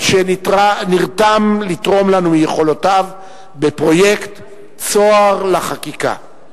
על שנרתם לתרום לנו מיכולותיו בפרויקט "צהר לחקיקה".